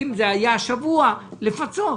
אם זה היה שבוע, הצעתי לפצות.